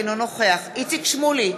אינו נוכח איציק שמולי,